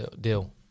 deal